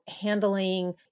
handling